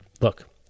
Look